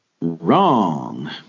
Wrong